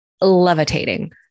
levitating